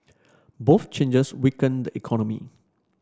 both changes weaken the economy